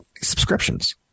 subscriptions